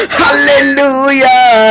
hallelujah